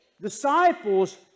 disciples